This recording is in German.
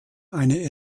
eine